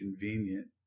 convenient